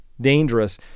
dangerous